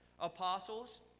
apostles